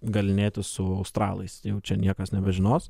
galynėtis su australais jau čia niekas nebežinos